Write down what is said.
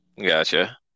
Gotcha